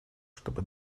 чтобы